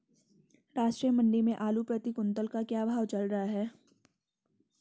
राष्ट्रीय मंडी में आलू प्रति कुन्तल का क्या भाव चल रहा है?